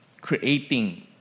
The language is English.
creating